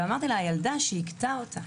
אמרתי לה שאני לא רוצה שהילדה שהכתה אותה